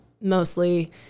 mostly